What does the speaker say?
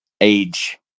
age